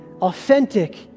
authentic